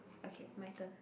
okay my turn